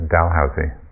Dalhousie